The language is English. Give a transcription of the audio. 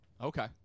Okay